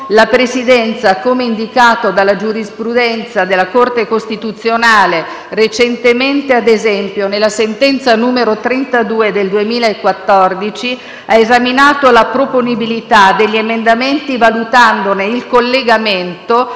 la Presidenza, come indicato dalla giurisprudenza dalla Corte costituzionale (recentemente, ad esempio, nella sentenza n. 32 del 2014) ha esaminato la proponibilità degli emendamenti valutandone il collegamento